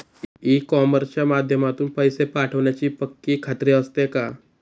E कॉमर्सच्या माध्यमातून पैसे मिळण्याची पक्की खात्री असते का?